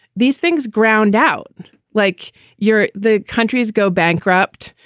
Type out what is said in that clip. these things ground out like you're the country's go bankrupt,